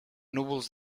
núvols